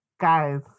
Guys